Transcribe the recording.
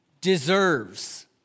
deserves